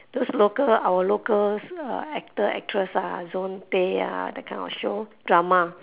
those local our local uh actor actress ah zoey tay ah that kind of show drama